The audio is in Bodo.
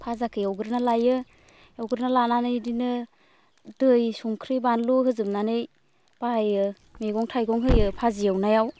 भाजाखौ एवग्रोना लायो एवग्रोना लानानै बिदिनो दै संख्रि बानलु होजोबनानै बायो मैगं थाइगं होयो भाजि एवनायाव